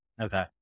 Okay